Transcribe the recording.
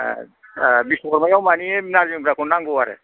औ बिशकर्मायाव मानि नारें जुमब्राखौ नांगौ आरो